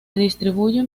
distribuyen